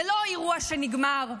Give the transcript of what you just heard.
זה לא אירוע שנגמר ודי.